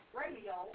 radio